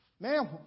man